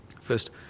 first